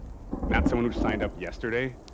not someone who's signed up yesterday.